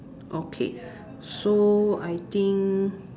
okay so I think